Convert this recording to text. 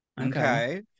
Okay